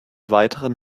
weiteren